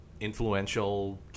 influential